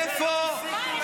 הסרטון הזה.